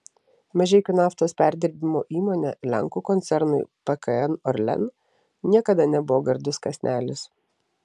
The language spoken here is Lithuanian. mažeikių naftos perdirbimo įmonė lenkų koncernui pkn orlen niekada nebuvo gardus kąsnelis